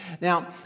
Now